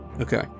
okay